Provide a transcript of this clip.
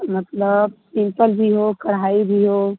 मतलब सिम्पल भी हो कढ़ाई भी हो